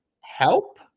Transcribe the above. help